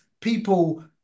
people